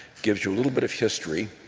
gives you a little bit of history,